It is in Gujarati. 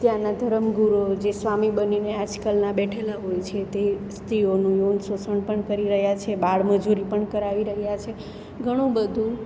ત્યાંનાં ધરમ ગુરુઓ જે સ્વામી બનીને આજકાલના બેઠેલા હોય છે તે સ્ત્રીઓનું શોષણ પણ કરી રહ્યા છે બાળમજૂરી પણ કરાવી રહ્યા છે ઘણું બધું